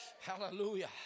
Hallelujah